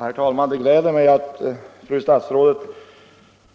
Herr talman! Det gläder mig att fru statsrådet